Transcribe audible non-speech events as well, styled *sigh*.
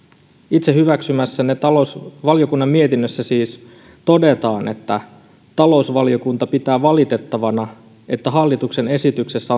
itse hyväksymässänne talousvaliokunnan mietinnössä siis todetaan että talousvaliokunta pitää valitettavana että hallituksen esityksessä *unintelligible*